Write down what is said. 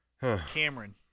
Cameron